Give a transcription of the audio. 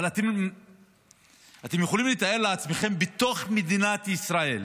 אבל אתם יכולים לתאר לעצמכם, בתוך מדינת ישראל